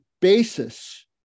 basis